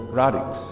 radix